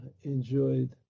enjoyed